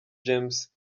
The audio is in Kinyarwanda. james